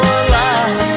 alive